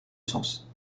sens